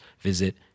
visit